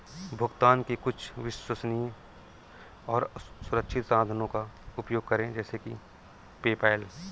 भुगतान के कुछ विश्वसनीय और सुरक्षित साधनों का उपयोग करें जैसे कि पेपैल